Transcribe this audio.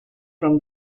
from